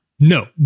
No